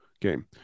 game